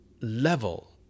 level